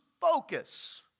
focus